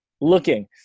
looking